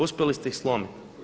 Uspjeli ste ih slomiti.